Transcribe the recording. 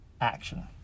action